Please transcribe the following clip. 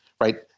Right